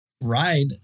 ride